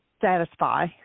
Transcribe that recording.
satisfy